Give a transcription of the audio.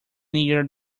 near